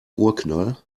urknall